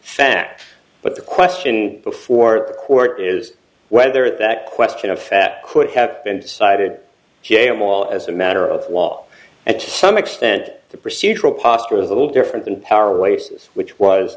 fact but the question before the court is whether that question of fact could have been decided j m all as a matter of law and to some extent the procedural posterous a little different in power ways which was